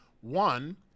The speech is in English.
One